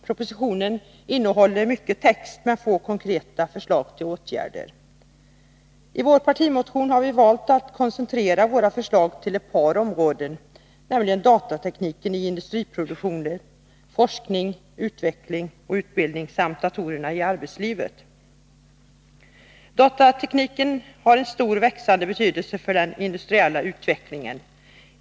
Propositionen innehåller mycket text, men få konkreta förslag till åtgärder. I vår partimotion har vi valt att koncentrera våra förslag till ett par områden, nämligen datatekniken i industriproduktionen, forskning, utveckling och utbildning, samt datorerna i arbetslivet. Datatekniken har en stor och växande betydelse för den industriella utvecklingen.